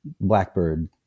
Blackbird